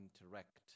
interact